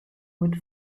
would